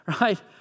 right